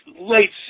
late